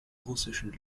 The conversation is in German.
russischen